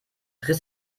riss